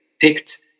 picked